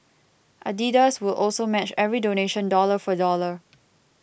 Adidas will also match every donation dollar for dollar